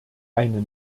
eine